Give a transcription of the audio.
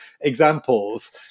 examples